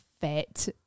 fit